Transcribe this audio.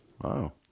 Wow